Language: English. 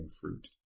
fruit